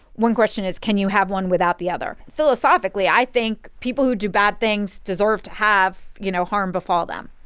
one question is, can you have one without the other? philosophically, i think people who do bad things deserve to have, you know, harm befall them